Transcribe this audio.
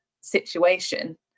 situation